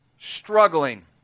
struggling